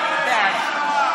אינו נוכח דוד אמסלם,